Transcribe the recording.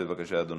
בבקשה, אדוני.